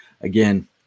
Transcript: again